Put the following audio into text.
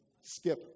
Skip